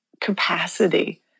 capacity